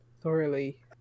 thoroughly